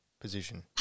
position